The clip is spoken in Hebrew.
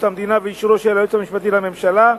המדינה ואישורו של היועץ המשפטי לממשלה,